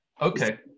Okay